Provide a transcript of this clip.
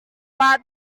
pak